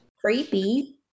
creepy